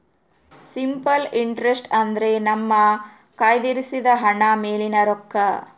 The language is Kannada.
ಸಿಂಪಲ್ ಇಂಟ್ರಸ್ಟ್ ಅಂದ್ರೆ ನಮ್ಮ ಕಯ್ದಿರಿಸಿದ ಹಣದ ಮೇಲಿನ ರೊಕ್ಕ